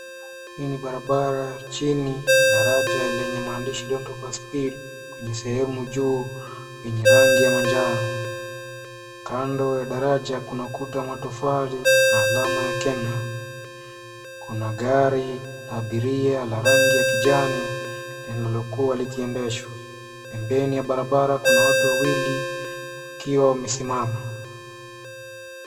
Hii ni barabara chini daraja lenye maandishi Don't overspeed kwenye sehemu juu yenye rangi ya manjano. Kando ya daraja kuna kuta matofali na alama ya KenHa. Kuna gari la abiria la rangi ya kijani lililokuwa likiendeshwa. Pembeni ya barabara kuna watu wawili wakiwa wamesimama.